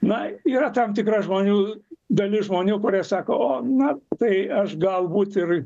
na yra tam tikra žmonių dalis žmonių kurie sako o na tai aš galbūt ir